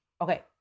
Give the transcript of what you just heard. okay